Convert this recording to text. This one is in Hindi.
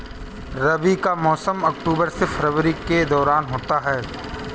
रबी का मौसम अक्टूबर से फरवरी के दौरान होता है